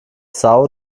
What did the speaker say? são